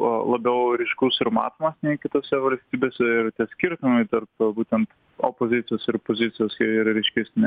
o labiau ryškus ir matomas nei kitose valstybėse ir tie skirtumai tarp būtent opozicijos ir pozicijos jie yra ryškesni